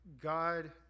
God